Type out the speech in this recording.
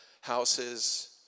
houses